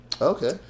Okay